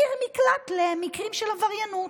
עיר מקלט למקרים של עבריינות.